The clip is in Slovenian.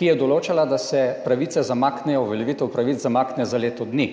ki je določala, da se pravice zamaknejo, uveljavitev pravic zamakne za leto dni.